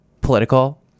political